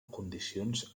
condicions